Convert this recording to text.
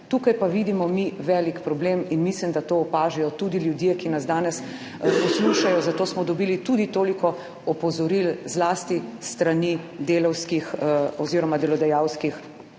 Tukaj pa vidimo mi velik problem in mislim, da to opažajo tudi ljudje, ki nas danes poslušajo, zato smo dobili tudi toliko opozoril, zlasti s strani delavskih oziroma delodajalskih